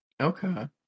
okay